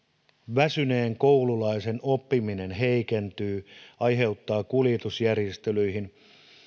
väsyneen koululaisen oppiminen heikentyy aiheuttaa kuljetusjärjestelyihin